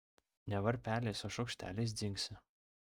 ne varpeliais o šaukšteliais dzingsi